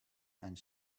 and